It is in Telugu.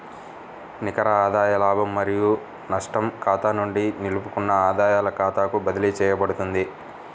నికర ఆదాయ లాభం మరియు నష్టం ఖాతా నుండి నిలుపుకున్న ఆదాయాల ఖాతాకు బదిలీ చేయబడుతుంది